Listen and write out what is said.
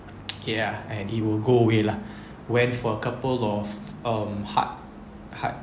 ya and it will go away lah went for a couple of um heart heart